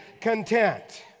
content